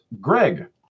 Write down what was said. Greg